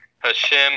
Hashem